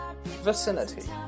vicinity